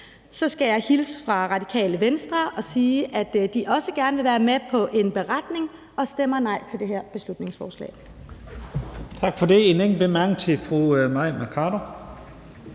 Så skal jeg hilse fra Radikale Venstre og sige, at de også gerne vil være med på en beretning og stemmer nej til det her beslutningsforslag.